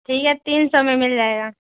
ٹھیک ہے تین سو میں مل جائے گا